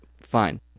fine